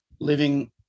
living